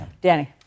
Danny